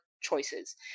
choices